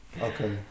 Okay